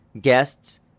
guests